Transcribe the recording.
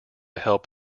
help